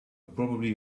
probably